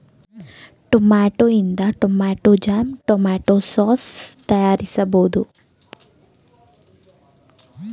tomato ಇಂದ tomato jam, tomato sauce ತಯಾರಿಸಬೋದು